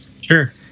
Sure